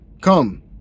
Come